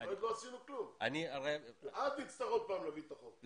לא עשינו כלום ואז נצטרך להביא עוד פעם את החוק.